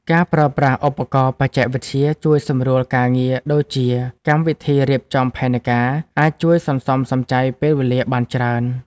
ការប្រើប្រាស់ឧបករណ៍បច្ចេកវិទ្យាជួយសម្រួលការងារ ដូចជាកម្មវិធីរៀបចំផែនការ អាចជួយសន្សំសំចៃពេលវេលាបានច្រើន។